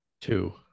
Two